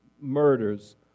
murders